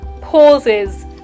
pauses